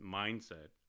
mindset